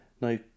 now